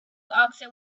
asked